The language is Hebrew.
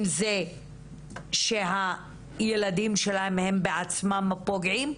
אם זה שהילדים שלהם הם בעצמם פוגעים,